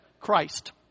Christ